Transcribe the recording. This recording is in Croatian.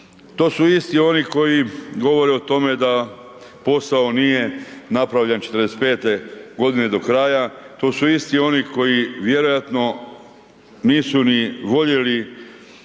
To su isti oni koji govore o tome da posao nije napravljen '45.-te godine do kraja, to su isti oni koji vjerojatno nisu ni voljeni